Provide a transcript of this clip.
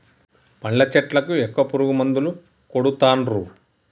పండ్ల చెట్లకు ఎక్కువ పురుగు మందులు కొడుతాన్రు